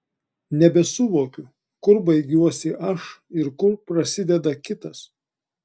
nebesuvokiau kur baigiuosi aš ir kur prasideda kitas